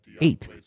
Eight